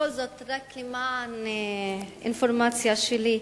בכל זאת, רק למען אינפורמציה שלי,